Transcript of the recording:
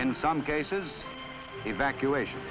in some cases evacuation